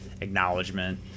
acknowledgement